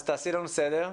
אז תעשי לנו סדר.